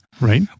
right